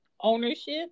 ownership